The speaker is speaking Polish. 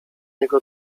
jego